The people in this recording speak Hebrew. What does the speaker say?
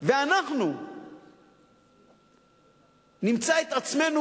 ואנחנו נמצא את עצמנו